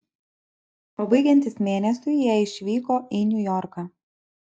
o baigiantis mėnesiui jie išvyko į niujorką